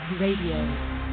Radio